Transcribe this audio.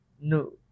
No